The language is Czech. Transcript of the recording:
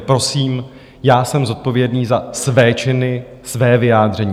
Prosím, já jsem zodpovědný za své činy, svá vyjádření.